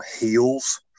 heels